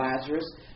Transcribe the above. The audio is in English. Lazarus